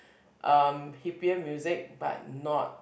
um hippier music but not like